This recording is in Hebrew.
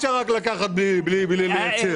אי אפשר רק לקחת בלי לתת.